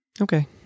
Okay